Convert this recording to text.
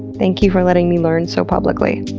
thank you for letting me learn so publicly.